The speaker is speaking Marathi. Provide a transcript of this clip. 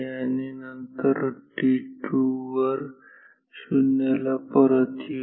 आणि नंतर t2 वर 0 ला परत येऊ